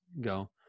go